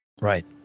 Right